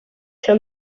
się